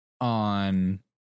on